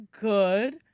good